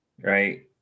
right